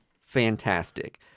fantastic